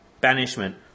banishment